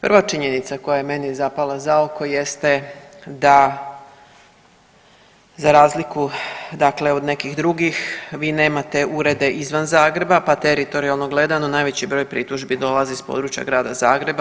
Prva činjenica koja je meni zapala za oko jeste da za razliku dakle od nekih drugih vi nemate urede izvan Zagreba pa teritorijalno gledano najveći broj pritužbi dolazi s područja Grada Zagreba.